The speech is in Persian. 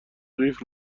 قیف